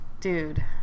Dude